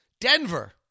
Denver